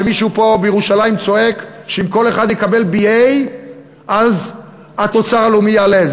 אף שמישהו פה בירושלים צועק שאם כל אחד יקבל BA אז התוצר הלאומי יעלה.